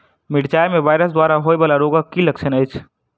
मिरचाई मे वायरस द्वारा होइ वला रोगक की लक्षण अछि?